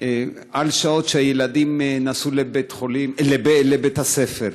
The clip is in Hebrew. בשעות שהילדים נסעו לבית-הספר.